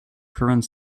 current